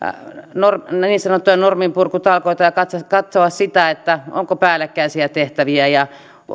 niin sanottuja norminpurkutalkoita ja katsoa sitä onko päällekkäisiä tehtäviä ja